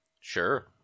Sure